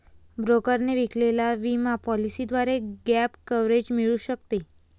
ब्रोकरने विकलेल्या विमा पॉलिसीद्वारे गॅप कव्हरेज मिळू शकते